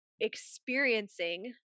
experiencing